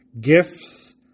gifts